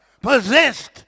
possessed